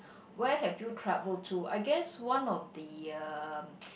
where have you traveled to I guess one of the uh